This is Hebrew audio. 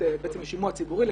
לשימוע ציבורי,